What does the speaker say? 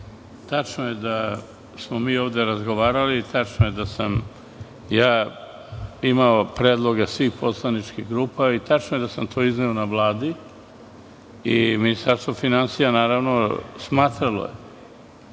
Tačno je da smo mi ovde razgovarali i tačno je da sam ja imao predloge svih poslaničkih grupa i tačno je da sam to izneo na Vladi. Ministarstvo finansija je smatralo da